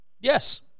Yes